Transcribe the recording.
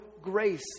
grace